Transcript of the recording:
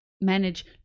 manage